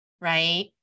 right